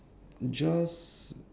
just